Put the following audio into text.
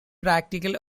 practical